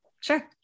Sure